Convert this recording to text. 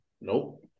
Nope